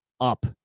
up